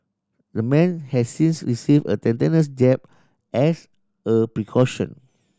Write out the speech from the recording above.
the man has since receive a tetanus jab as a precaution